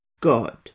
god